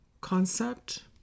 concept